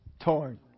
torn